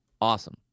Awesome